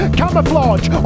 camouflage